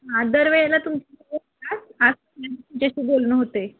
हां दरवेळेला तुम तुमच्याशी बोलणं होतं आहे